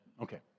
Okay